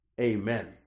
Amen